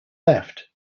theft